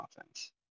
offense